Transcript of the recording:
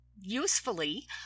usefully